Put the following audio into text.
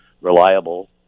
reliable